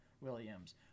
Williams